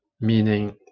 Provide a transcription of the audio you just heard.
meaning